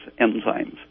enzymes